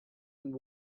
and